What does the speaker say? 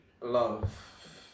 love